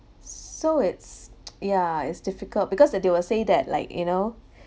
so it's yeah it's difficult because they they will say that like you know